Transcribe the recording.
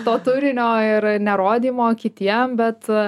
to turinio ir nerodymo kitiem bet